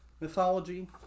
mythology